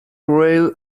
rails